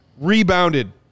rebounded